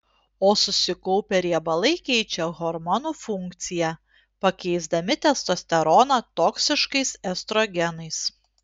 o susikaupę riebalai keičia hormonų funkciją pakeisdami testosteroną toksiškais estrogenais